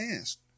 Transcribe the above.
asked